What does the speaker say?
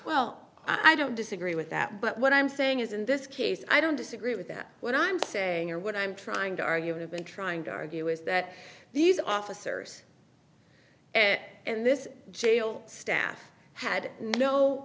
well i don't disagree with that but what i'm saying is in this case i don't disagree with that what i'm saying or what i'm trying to argue would've been trying to argue is that these officers and this jail staff had no